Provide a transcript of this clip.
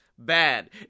Bad